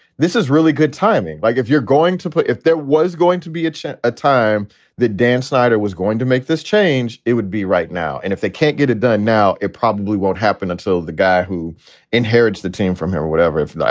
this is really good timing. like, if you're going to put if there was going to be yeah at a time that dan snyder was going to make this change, it would be right now. and if they can't get it done now, it probably won't happen until the guy who inherits the team from him or whatever. if the,